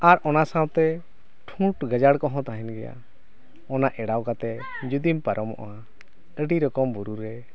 ᱟᱨ ᱚᱱᱟ ᱥᱟᱶᱛᱮ ᱴᱷᱩᱸᱴ ᱜᱟᱡᱟᱲ ᱠᱚᱦᱚᱸ ᱛᱟᱦᱮᱱ ᱜᱮᱭᱟ ᱚᱱᱟ ᱮᱲᱟᱣ ᱠᱟᱛᱮ ᱡᱩᱫᱤᱢ ᱯᱟᱨᱚᱢᱚᱜᱼᱟ ᱟᱹᱰᱤ ᱨᱚᱠᱚᱢ ᱵᱩᱨᱩ ᱨᱮ